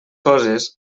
coses